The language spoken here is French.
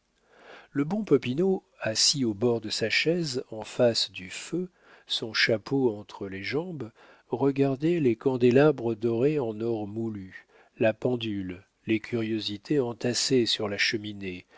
le bon popinot assis au bord de sa chaise en face du feu son chapeau entre les jambes regardait les candélabres dorés en or moulu la pendule les curiosités entassées sur la cheminée